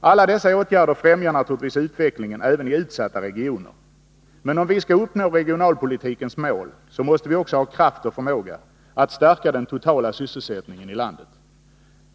Alla dessa åtgärder främjar naturligtvis utvecklingen även i mindre utsatta regioner. Men om vi skall uppnå regionalpolitikens mål, måste vi också ha kraft och förmåga att stärka den totala sysselsättningen i landet.